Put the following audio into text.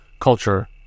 culture